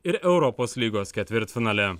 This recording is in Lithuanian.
ir europos lygos ketvirtfinalį